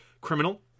criminal